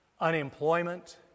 Unemployment